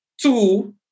Two